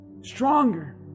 stronger